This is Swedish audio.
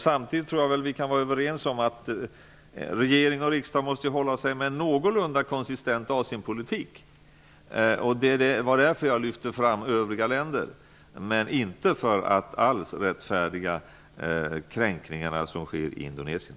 Samtidigt kan vi nog vara överens om att regering och riksdag måste hålla sig med en någorlunda konsistent Asienpolitik. Det var därför som jag lyfte fram övriga länder och inte för att rättfärdiga de kränkningar som sker i Indonesien.